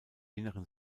inneren